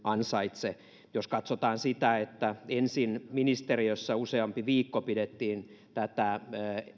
ansaitse jos katsotaan sitä että ensin ministeriössä useampi viikko pidettiin tätä